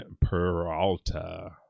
Peralta